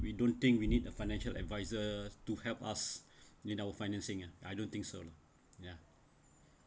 we don't think we need to financial advisers to help us in our financing ah I don't think so lor ya